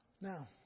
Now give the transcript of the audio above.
Now